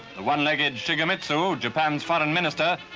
the one-legged shigemitsu, japan's foreign minister,